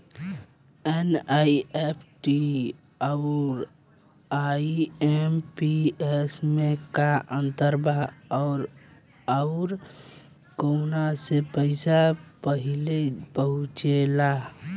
NEFT आउर IMPS मे का अंतर बा और आउर कौना से पैसा पहिले पहुंचेला?